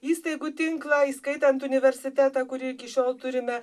įstaigų tinklą įskaitant universitetą kurį iki šiol turime